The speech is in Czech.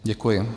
Děkuji.